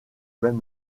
même